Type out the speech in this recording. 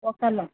ఒక్కళ్ళం